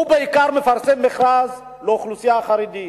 הוא בעיקר מפרסם מכרזים לאוכלוסייה החרדית,